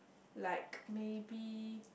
like maybe